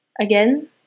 again